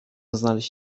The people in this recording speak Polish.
znaleźć